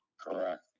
Correct